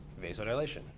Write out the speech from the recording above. vasodilation